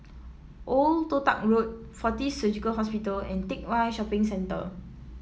Old Toh Tuck Road Fortis Surgical Hospital and Teck Whye Shopping Centre